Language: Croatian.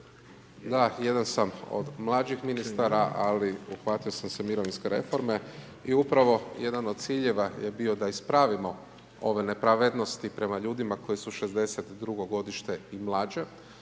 Da jedan sam od mlađih ministara, ali uhvatio sam se mirovinske reforme i upravo jedan od ciljeva je bio da ispravimo ove nepravednosti prema ljudima koji su '62. godište i mlađe,